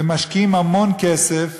ומשקיעים המון כסף.